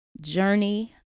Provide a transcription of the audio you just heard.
journey